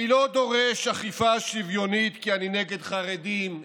אני לא דורש אכיפה שוויונית כי אני נגד חרדים,